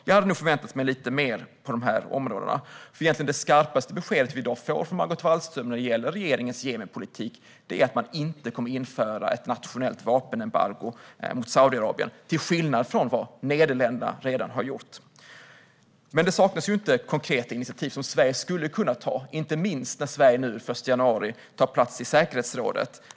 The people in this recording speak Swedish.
Jag hade förväntat mig lite mer. Det skarpaste besked vi får från Margot Wallström i dag om regeringens Jemenpolitik är att Sverige, till skillnad från Nederländerna, inte kommer att införa ett nationellt vapenembargo mot Saudiarabien. Det saknas dock inte konkreta initiativ som Sverige skulle kunna ta, inte minst när Sverige den 1 januari tar plats i säkerhetsrådet.